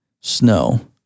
Snow